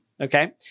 Okay